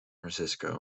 francisco